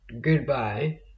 goodbye